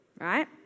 Right